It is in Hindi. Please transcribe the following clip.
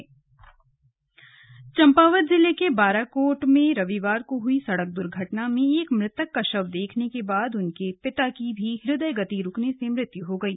स्लग चम्पावत दुर्घटना चम्पावत जिले के बाराकोट में रविवार को हुई सड़क दुर्घटना में एक मृतक का शव देखने के बाद उनके पिता की भी हृदय गति रुकने से मृत्यु हो गयी